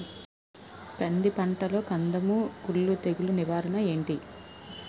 కంది పంటలో కందము కుల్లు తెగులు నివారణ ఏంటి?